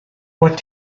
what